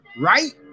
Right